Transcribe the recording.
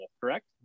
correct